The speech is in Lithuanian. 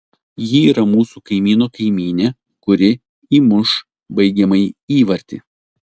ji yra mūsų kaimyno kaimynė kuri įmuš baigiamąjį įvartį